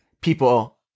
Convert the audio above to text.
people